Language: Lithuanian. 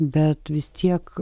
bet vis tiek